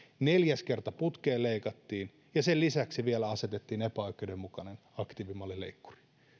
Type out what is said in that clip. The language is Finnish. neljäs kerta putkeen leikattiin ja sen lisäksi vielä asetettiin epäoikeudenmukainen aktiivimallileikkuri